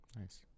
Nice